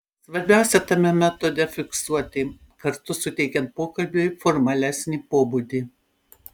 svarbiausia tame metode fiksuoti kartu suteikiant pokalbiui formalesnį pobūdį